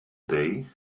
day